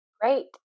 Great